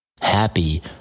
happy